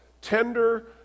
Tender